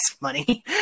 money